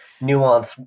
nuance